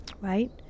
Right